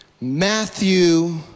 Matthew